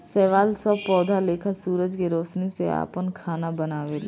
शैवाल सब पौधा लेखा सूरज के रौशनी से आपन खाना बनावेला